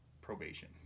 probation